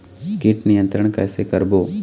कीट नियंत्रण कइसे करबो?